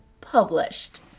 published